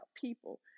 people